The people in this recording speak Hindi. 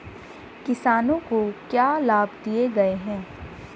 किसानों को क्या लाभ दिए गए हैं?